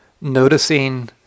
Noticing